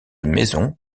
maison